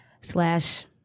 slash